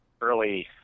early